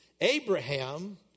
Abraham